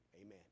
Amen